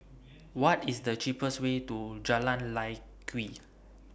What IS The cheapest Way to Jalan Lye Kwee